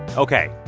ok.